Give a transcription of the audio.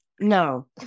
No